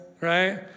right